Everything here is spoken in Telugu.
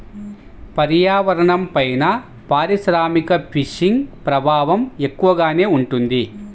పర్యావరణంపైన పారిశ్రామిక ఫిషింగ్ ప్రభావం ఎక్కువగానే ఉంటుంది